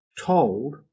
told